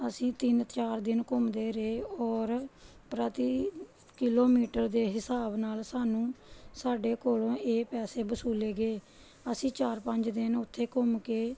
ਅਸੀਂ ਤਿੰਨ ਚਾਰ ਦਿਨ ਘੁੰਮਦੇ ਰਹੇ ਔਰ ਪ੍ਰਤੀ ਕਿਲੋਮੀਟਰ ਦੇ ਹਿਸਾਬ ਨਾਲ ਸਾਨੂੰ ਸਾਡੇ ਕੋਲੋਂ ਇਹ ਪੈਸੇ ਵਸੂਲੇ ਗਏ ਅਸੀਂ ਚਾਰ ਪੰਜ ਦਿਨ ਉੱਥੇ ਘੁੰਮ ਕੇ